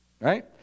Right